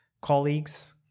colleagues